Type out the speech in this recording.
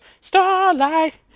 starlight